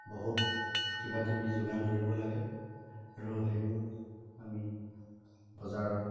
বহুত কিবা কিবি যোগান ধৰিব লাগে আৰু সেইবোৰ আমি বজাৰত